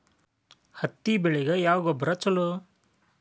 ಹತ್ತಿ ಬೆಳಿಗ ಯಾವ ಗೊಬ್ಬರ ಛಲೋ?